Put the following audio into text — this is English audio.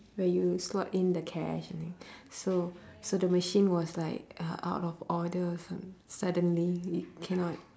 where you slot in the cash I think so so the machine was like uh out of order su~ suddenly it cannot